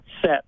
set